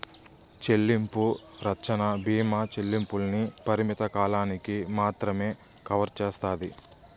చెల్లింపు రచ్చన బీమా చెల్లింపుల్ని పరిమిత కాలానికి మాత్రమే కవర్ సేస్తాది